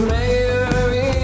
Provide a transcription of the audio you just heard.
Mary